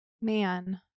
man